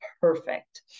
perfect